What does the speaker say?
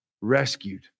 rescued